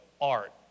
art